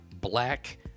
black